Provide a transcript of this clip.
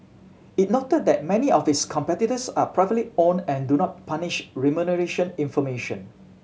it noted that many of its competitors are privately owned and do not publish remuneration information